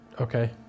Okay